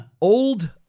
Old